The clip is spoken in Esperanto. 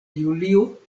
julio